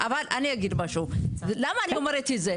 אבל אני אגיד משהו, למה אני אומרת את זה?